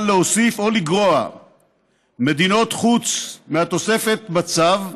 להוסיף או לגרוע מדינות חוץ מהתוספת בצו,